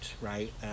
right